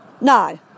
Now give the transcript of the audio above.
no